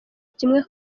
kimwe